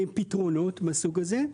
ועם פתרונות מהסוג הזה.